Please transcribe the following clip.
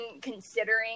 considering